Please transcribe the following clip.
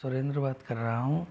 सुरेंद्र बात कर रहा हूँ